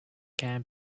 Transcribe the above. can